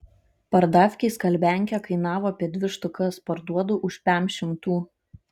pardavkėj skalbiankė kainavo apie dvi štukas parduodu už pem šimtų